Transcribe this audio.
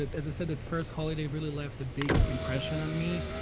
ah as i said, that first holiday really left a big impression on me.